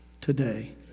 today